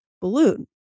balloon